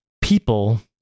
people